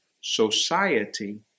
society